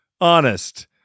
Honest